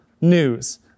news